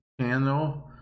channel